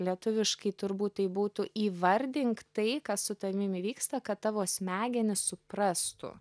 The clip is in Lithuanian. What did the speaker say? lietuviškai turbūt tai būtų įvardink tai kas su tavim įvyksta kad tavo smegenys suprastų